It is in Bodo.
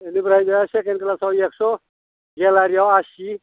बिनिफ्राइ जा सेकेण्ड क्लासाव एक्स' गेलारियाव आसि